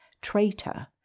traitor